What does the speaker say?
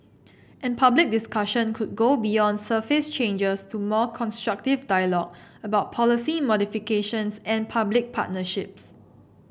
and public discussion could go beyond surface changes to more constructive dialogue about policy modifications and public partnerships